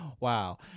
Wow